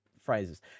phrases